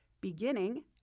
beginning